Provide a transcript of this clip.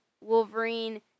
wolverine